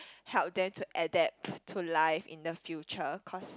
help them to adapt to life in the future cause